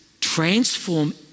transform